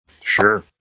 Sure